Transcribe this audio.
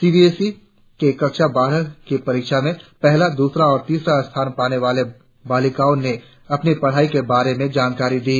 CBSE के कक्षा बारह की परीक्षा में पहला दूसरा और तिसरा स्थान पाने वाली बालिकाओं ने अपनी पढ़ाई के बारे में जानकारी दी